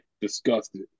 disgusted